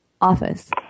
office